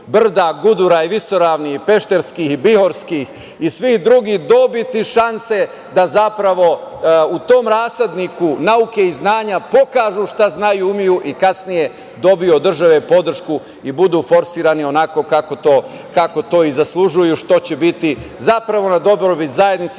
brda, gudura i visoravni, Pešterskih, Bihorskih i svih drugih dobiti šanse da zapravo u tom rasadniku nauke i znanja pokažu šta znaju, umeju i kasnije dobiju od države podršku i budu forsirani onako kako to i zaslužuju, što će biti zapravo na dobrobit zajednice,